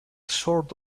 sort